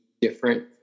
different